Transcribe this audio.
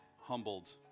humbled